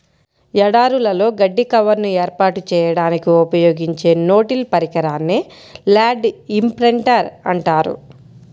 ఎడారులలో గడ్డి కవర్ను ఏర్పాటు చేయడానికి ఉపయోగించే నో టిల్ పరికరాన్నే ల్యాండ్ ఇంప్రింటర్ అంటారు